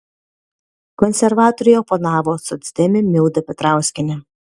konservatoriui oponavo socdemė milda petrauskienė